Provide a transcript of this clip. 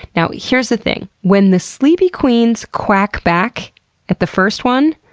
now, here's the thing. when the sleepy queens quack back at the first one,